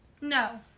no